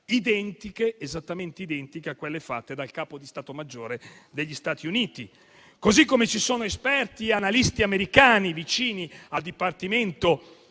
italiana, esattamente identiche a quelle fatte dal Capo di stato maggiore degli Stati Uniti, così come ci sono esperti analisti americani vicini al dipartimento